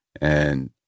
And-